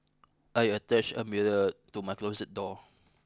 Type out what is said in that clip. I attached a mirror to my closet door